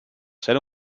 ser